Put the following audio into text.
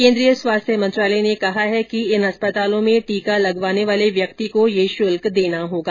केन्द्रीय स्वास्थ्य मंत्रालय ने कहा है कि इन अस्पतालों में टीका लगवाने वाले व्यक्ति को ये शुल्क देना होगा